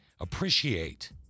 Appreciate